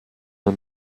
the